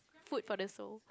food for the soul